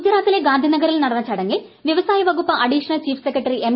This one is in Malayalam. ഗുജറാത്തിലെ ഗാന്ധിനഗറിൽ നടന്ന ചടങ്ങിൽ വ്യവസായ വകുപ്പ് അഡീഷണൽ ചീഫ് സെക്രട്ടറി എം